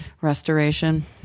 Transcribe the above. restoration